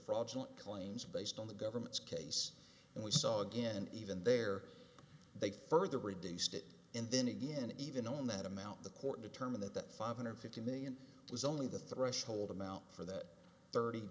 fraudulent claims based on the government's case and we saw again even there they further reduced it and then again even on that amount the court determined that that five hundred fifty million was only the threshold amount for that thirty